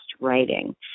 writing